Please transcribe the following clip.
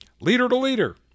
leader-to-leader